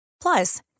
Plus